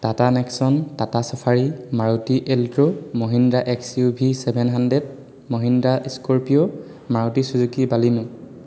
Tata Nexon Tata Safari Maruti Alto Mahindra X U V seven hundred Mahindra Scorpio Maruti Suzuki Baleno